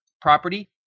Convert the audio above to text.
property